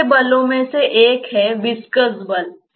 ऐसे बलों में से एक है विस्कस बल